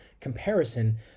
comparison